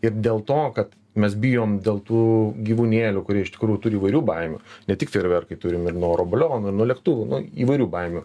ir dėl to kad mes bijom dėl tų gyvūnėlių kurie iš tikrųjų turi įvairių baimių ne tik fejerverkai turim ir nuo oro balionų ir nuo lėktuvų nu įvairių baimių